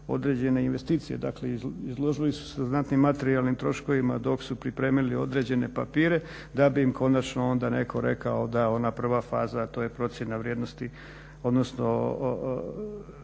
određene investicije, dakle izložili su se znatnim materijalnim troškovima dok su pripremili određene papire da bi im konačno onda netko rekao da je ona prva faza, a to je procjena vrijednosti odnosno